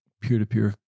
peer-to-peer